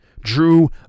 Drew